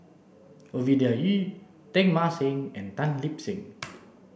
Ovidia Yu Teng Mah Seng and Tan Lip Seng